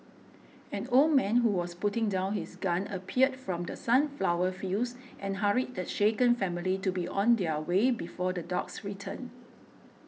an old man who was putting down his gun appeared from the sunflower fields and hurried the shaken family to be on their way before the dogs return